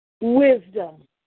wisdom